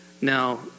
Now